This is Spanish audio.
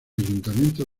ayuntamiento